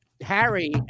Harry